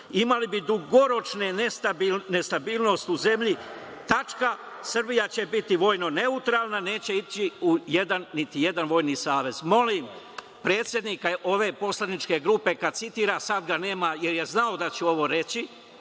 imali bi dugoročnu nestabilnost u zemlji, tačka, Srbija će biti vojno neutralna, neće ići ni u jedan vojni savez. Molim predsednika ove poslaničke grupe kada citira, sada ga nema, jer je znao da ću ovo reći,